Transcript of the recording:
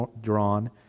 drawn